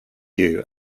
you